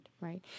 right